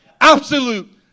Absolute